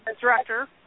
director